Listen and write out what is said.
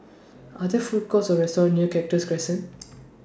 Are There Food Courts Or restaurants near Cactus Crescent